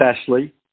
Ashley